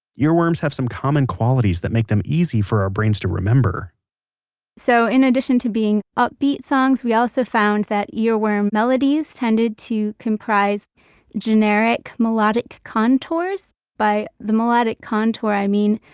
earworms have some common qualities that make them easy for our brains to remember so in addition to being upbeat songs, we also found that earworm melodies tended comprise generic melodic contours. by the melodic contour i mean,